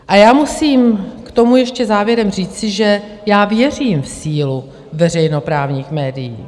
A já musím k tomu ještě závěrem říci, že já věřím v sílu veřejnoprávních médií.